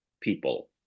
people